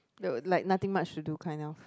the like nothing much to do kind of